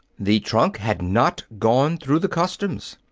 the trunk had not gone through the customs.